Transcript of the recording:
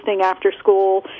after-school